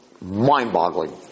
Mind-boggling